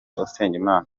usengimana